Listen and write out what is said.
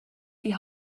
die